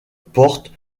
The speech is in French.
porte